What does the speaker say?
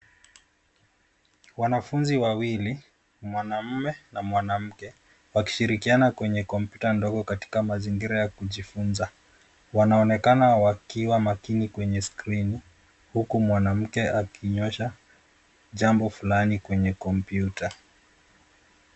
Wanafunzi wawili, mwanamume na mwanamke, wakishirikiana kwenye kompyuta ndogo katika mazingira ya kujifunza. Wanaonekana wakiwa makini kwenye skrini huku mwanamke akinyoosha jambo fulani kwenye kompyuta.